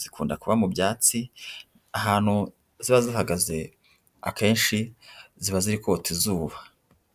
zikunda kuba mu byatsi, ahantu ziba zihagaze akenshi ziba zirikota izuba.